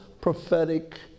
prophetic